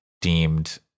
deemed